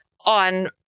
on